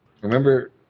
Remember